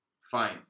Fine